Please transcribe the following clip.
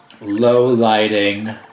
low-lighting